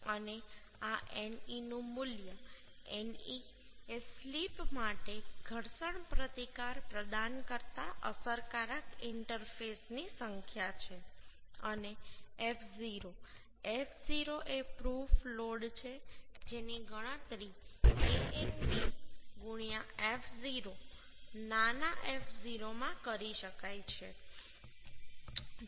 અને આ ne નું મૂલ્ય ne એ સ્લિપ માટે ઘર્ષણ પ્રતિકાર પ્રદાન કરતા અસરકારક ઇન્ટરફેસની સંખ્યા છે અને F0 F0 એ પ્રૂફ લોડ છે જેની ગણતરી Anb f0 નાના f0 માં કરી શકાય છે